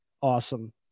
Awesome